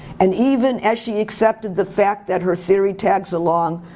and even as she accepted the fact that her theory tags along,